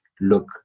look